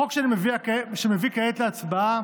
החוק שאני מביא כעת להצבעה